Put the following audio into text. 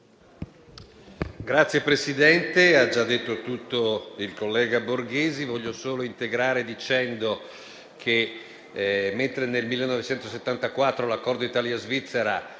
Signor Presidente, ha già detto tutto il collega Borghesi. Voglio solo integrare dicendo che, mentre nel 1974 l'Accordo tra Italia e Svizzera